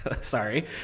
Sorry